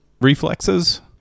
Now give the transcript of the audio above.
reflexes